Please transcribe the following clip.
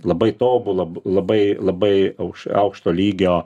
labai tobula labai labai aukš aukšto lygio